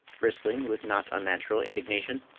bristling with not unnatural indignation.